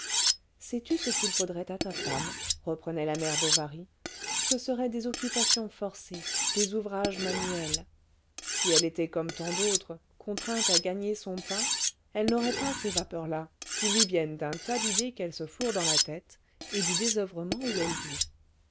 sais-tu ce qu'il faudrait à ta femme reprenait la mère bovary ce seraient des occupations forcées des ouvrages manuels si elle était comme tant d'autres contrainte à gagner son pain elle n'aurait pas ces vapeurs là qui lui viennent d'un tas d'idées qu'elle se fourre dans la tête et du désoeuvrement où elle vit